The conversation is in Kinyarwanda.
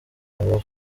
avuga